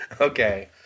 okay